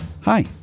Hi